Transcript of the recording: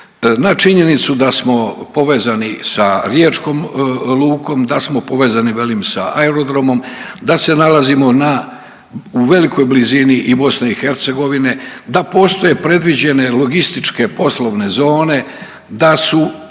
na činjenicu da smo povezani sa riječkom lukom, da smo povezani, velim, sa aerodromom, da se nalazimo na, u velikoj blizini i BiH, da postoje predviđene logističke poslovne zone, da su,